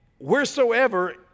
wheresoever